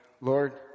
lord